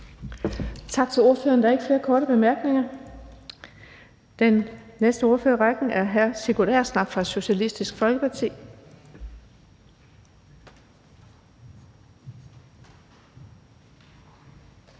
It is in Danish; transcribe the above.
Tak til ordføreren. Der er ikke flere korte bemærkninger. Den næste ordfører i rækken er hr. Sigurd Agersnap fra Socialistisk Folkeparti.